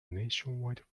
nationwide